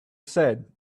said